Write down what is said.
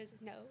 no